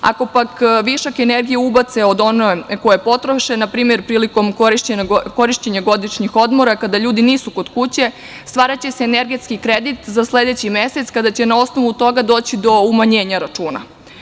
Ako, pak, višak energije ubace od one koja je potrošena, na primer, prilikom korišćenja godišnjih odmora, kada ljudi nisu kod kuće, stvaraće se energetski kredit za sledeći mesec, kada će na osnovu toga doći do umanjenja računa.